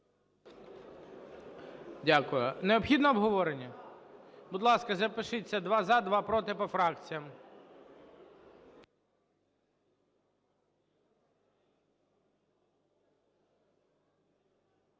Дякую. Необхідно обговорення? Будь ласка, запишіться: два – за, два – проти, по фракціям.